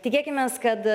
tikėkimės kad